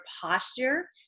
posture